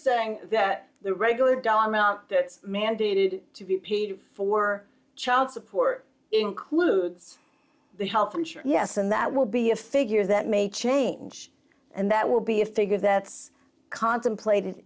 saying that the regular dollar mandated to be paid for child support includes the health insurer yes and that will be a figure that may change and that will be a figure that's contemplated